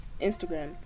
Instagram